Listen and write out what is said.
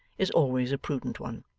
is always a prudent one,